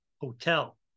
Hotel